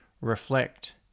reflect